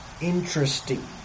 interesting